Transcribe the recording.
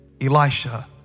Elisha